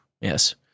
yes